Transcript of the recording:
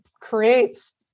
creates